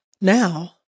now